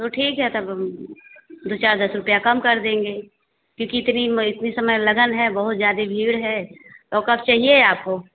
तो ठीक है तब दो चार दस रुपया कम कर देंगे क्योंकि इतनी में इतनी समय लगन है बहुत ज़्यादा भीड़ है तो कब चाहिए आपको